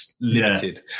limited